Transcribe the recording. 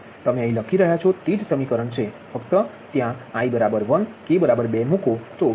તમે અહીં લખી રહ્યાં છો તે જ સમીકરણ છે ફક્ત ત્યા i 1 k 2 મૂકો